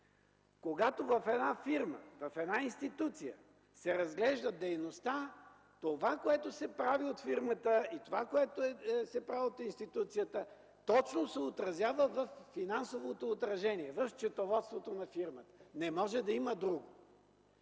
Когато в една фирма, в една институция се разглежда дейността – това, което се прави от фирмата и това, което се прави от институцията, точно се отразява във финансовото отражение, в счетоводството на фирмата. Не може да има друго!